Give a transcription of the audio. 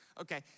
Okay